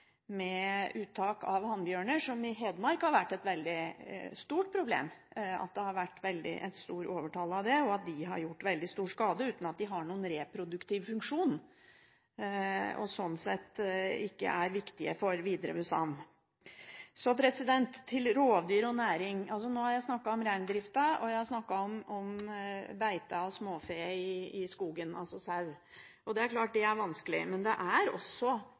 uttak av hannbjørner, som i Hedmark har vært et veldig stort problem. Det har vært et veldig stort overtall av hannbjørner, og de har gjort veldig stor skade. De har ikke noen reproduktiv funksjon og er sånn sett ikke viktige for den videre bestanden. Til rovdyr og næring. Jeg har snakket om reindrifta, og jeg har snakket om beite av småfe i skogen, altså sau. Det er klart at det er vanskelig. Men det er også